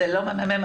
זה לא הממ"מ.